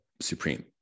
supreme